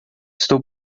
estou